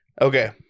Okay